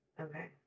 Okay